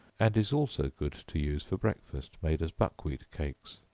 and is also good to use for breakfast made as buckwheat cakes.